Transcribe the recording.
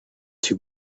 too